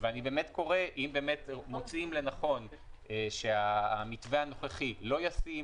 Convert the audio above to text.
אם מוצאים לנכון שהמתווה הנוכחי לא ישים,